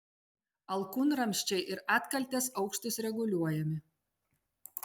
alkūnramsčiai ir atkaltės aukštis reguliuojami